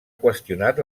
qüestionat